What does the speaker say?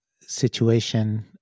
situation